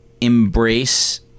embrace